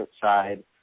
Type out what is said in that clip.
side